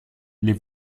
les